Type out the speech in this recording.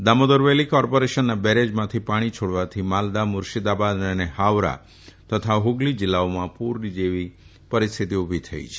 Damodar valley કોર્પોરેશનના બેરેજમાંથી પાણી છોડવાથી માલદા મુર્શીદાબાદ અને હાવરા તથા હુગલી જીલ્લાઓમાં પુર જેવી પરીસ્થિતિ ઉલી થઇ છે